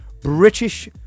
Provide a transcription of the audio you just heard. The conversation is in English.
British